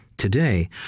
today